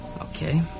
Okay